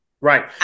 right